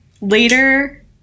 later